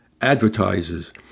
advertisers